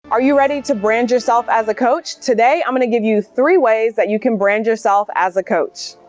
are you ready to brand yourself as a coach today? i'm going to give you three ways that you can brand yourself as a coach.